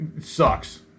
Sucks